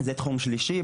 זה התחום השלישי.